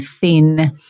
thin